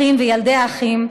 אחים וילדי אחים,